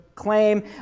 claim